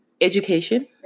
education